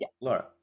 Laura